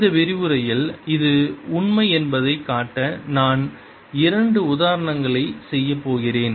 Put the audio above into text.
இந்த விரிவுரையில் இது உண்மை என்பதைக் காட்ட நான் இரண்டு உதாரணங்களைச் செய்யப் போகிறேன்